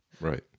Right